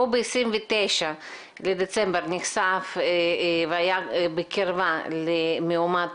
שהוא ב-29 לדצמבר נחשף והיה בקרבה למאומת